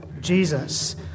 Jesus